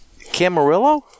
Camarillo